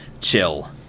chill